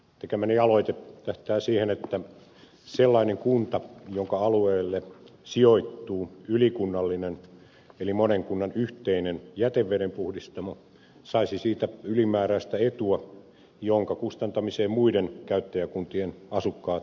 tekemäni aloite tähtää siihen että sellainen kunta jonka alueelle sijoittuu ylikunnallinen eli monen kunnan yhteinen jätevedenpuhdistamo saisi siitä ylimääräistä etua jonka kustantamiseen muiden käyttäjäkuntien asukkaat osallistuisivat